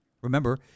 Remember